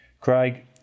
Craig